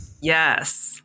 yes